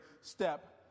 step